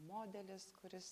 modelis kuris